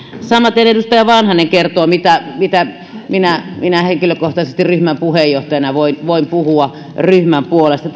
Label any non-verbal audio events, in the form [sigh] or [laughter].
samaten edustaja vanhanen kertoi mitä mitä minä minä henkilökohtaisesti ryhmän puheenjohtajana voin puhua ryhmän puolesta [unintelligible]